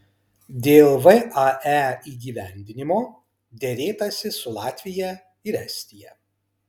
dėl vae įgyvendinimo derėtasi su latvija ir estija